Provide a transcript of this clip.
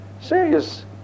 serious